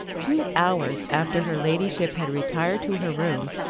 two hours after her ladyship had retired to her room,